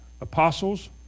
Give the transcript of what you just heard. apostles